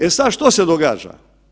E sada što se događa?